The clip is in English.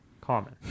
Common